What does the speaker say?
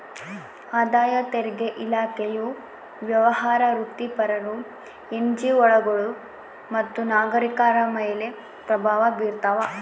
ಆದಾಯ ತೆರಿಗೆ ಇಲಾಖೆಯು ವ್ಯವಹಾರ ವೃತ್ತಿಪರರು ಎನ್ಜಿಒಗಳು ಮತ್ತು ನಾಗರಿಕರ ಮೇಲೆ ಪ್ರಭಾವ ಬೀರ್ತಾವ